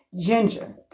Ginger